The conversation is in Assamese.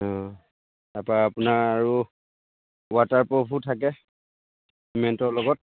অঁ তাৰপৰা আপোনাৰ আৰু ৱাটাৰপুফো থাকে চিমেণ্টৰ লগত